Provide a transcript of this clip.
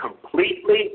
completely